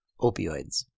opioids